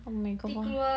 oh my god